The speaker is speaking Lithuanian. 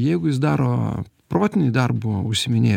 jeigu jis daro protinį darbu užsiiminėja